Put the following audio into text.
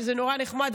שזה נורא נחמד,